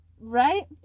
Right